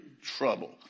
Trouble